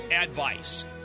advice